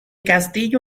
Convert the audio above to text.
castillo